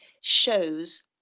shows